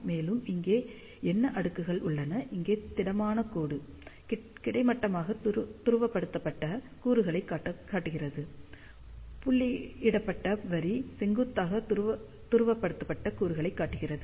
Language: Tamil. மேலும் இங்கே என்ன அடுக்குகள் உள்ளன இங்கே திடமான கோடு கிடைமட்டமாக துருவப்படுத்தப்பட்ட கூறுகளைக் காட்டுகிறது புள்ளியிடப்பட்ட வரி செங்குத்தாக துருவப்படுத்தப்பட்ட கூறுகளைக் காட்டுகிறது